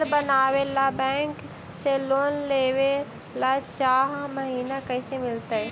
घर बनावे ल बैंक से लोन लेवे ल चाह महिना कैसे मिलतई?